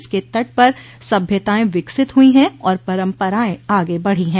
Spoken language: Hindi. इसके तट पर सभ्यताएं विकसित हुई हैं और परम्पराएं आगे बढ़ी हैं